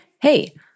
Hey